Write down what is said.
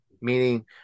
meaning